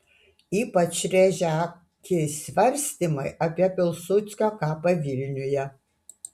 ypač rėžia akį svarstymai apie pilsudskio kapą vilniuje